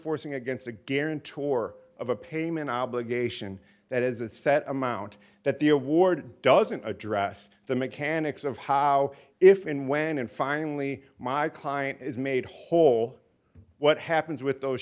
enforcing against a guarantor of a payment obligation that is a set amount that the award doesn't address the mechanics of how if and when and finally my client is made whole what happens with those